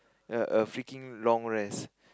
ya a freaking long rest